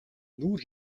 нүүр